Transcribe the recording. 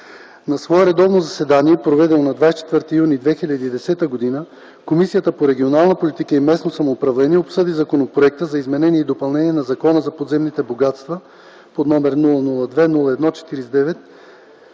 На свое редовно заседание, проведено на 24 юни 2010 г., Комисията по регионална политика и местно самоуправление обсъди Законопроект за изменение и допълнение на Закона за подземните богатства, № 002-01-49,